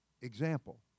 example